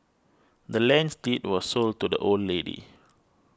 the land's deed was sold to the old lady